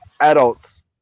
adults